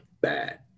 bad